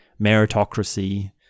meritocracy